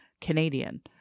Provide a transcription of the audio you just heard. Canadian